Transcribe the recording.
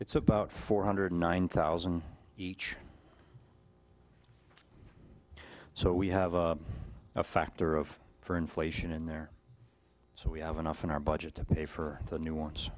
it's about four hundred nine thousand each so we have a factor of for inflation in there so we have enough in our budget to pay for the new ones